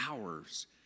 hours